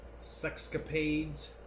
sexcapades